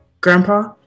grandpa